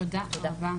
תודה רבה.